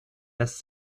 lässt